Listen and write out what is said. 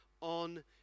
on